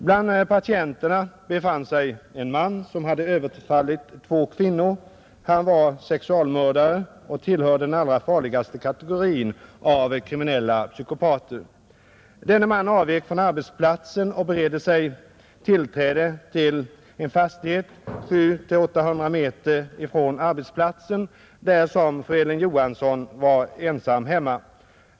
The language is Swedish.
Bland patienterna befann sig en man, som hade överfallit två kvinnor, Han var sexualmördare och tillhörde den allra farligaste kategorin av kriminella psykopater, Denne man avvek från arbetsplatsen och beredde sig tillträde till en fastighet 700 — 800 meter från arbetsplatsen, där fru Elin Johansson var ensam hemma.